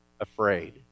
afraid